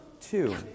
two